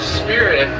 spirit